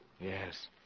yes